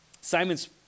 Simon's